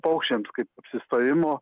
paukščiams kaip apsistojimo